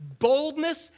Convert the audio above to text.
boldness